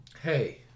Hey